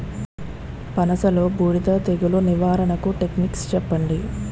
పనస లో బూడిద తెగులు నివారణకు టెక్నిక్స్ చెప్పండి?